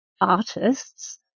artists